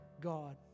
God